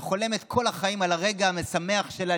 שחולמת כל החיים על הרגע המשמח שלה,